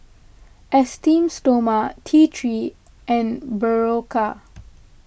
Esteem Stoma T three and Berocca